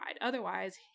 Otherwise